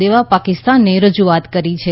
દેવા પાકિસ્તાનને રજુઆત કરી છે